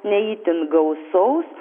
ne itin gausaus